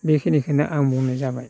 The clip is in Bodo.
बेखिनिखौनो आं बुंनाय जाबाय